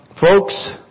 Folks